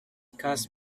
cast